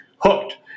hooked